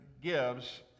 gives